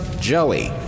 Joey